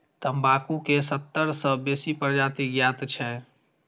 तंबाकू के सत्तर सं बेसी प्रजाति ज्ञात छै